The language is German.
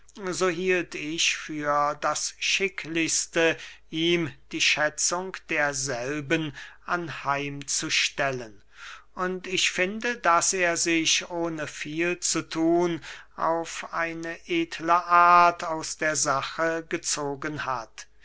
so hielt ich für das schicklichste ihm die schätzung derselben anheim zu stellen und ich finde daß er sich ohne zu viel zu thun auf eine edle art aus der sache gezogen hat